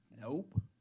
Nope